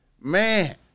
Man